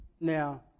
Now